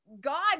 God